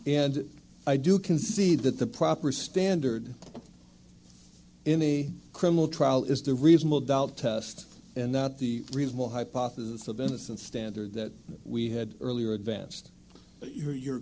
and i do concede that the proper standard in a criminal trial is the reasonable doubt test and not the reasonable hypothesis of innocence standard that we had earlier advanced you